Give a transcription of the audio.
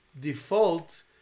default